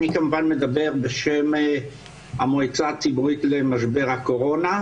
אני כמובן מדבר בשם המועצה הציבורית למשבר הקורונה.